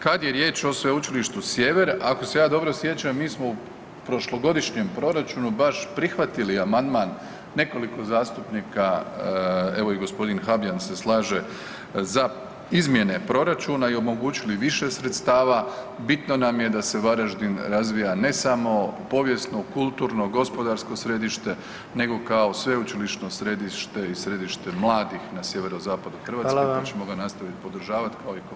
Kad je riječ o Sveučilištu Sjever ako se ja dobro sjećam mi smo u prošlogodišnjem proračunu baš prihvatili amandman nekoliko zastupnika, evo i gospodin Habjan se slaže za izmjene proračuna i omogućili više sredstava, bitno nam je da se Varaždin razvija ne samo u povijesno, kulturno, gospodarsko središte nego kao sveučilišno središte i središte mladih na sjeverozapadu Hrvatske pa ćemo ga nastaviti [[Upadica: Hvala vam.]] podržavati kao i Koprivnicu.